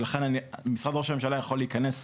ולכן משרד ראש הממשלה יכול להיכנס,